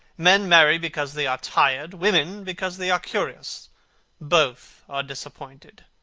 men marry because they are tired women, because they are curious both are disappointed.